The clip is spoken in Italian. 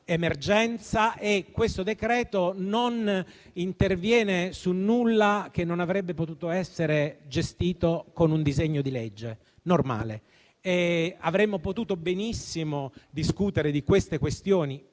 emergenza e che questo decreto non interviene su nulla che non avrebbe potuto essere gestito con un disegno di legge normale. Avremmo potuto benissimo discutere di queste questioni,